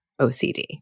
OCD